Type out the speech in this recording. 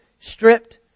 stripped